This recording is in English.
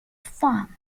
farm